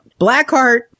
blackheart